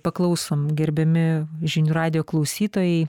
paklausom gerbiami žinių radijo klausytojai